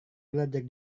belajar